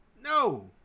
No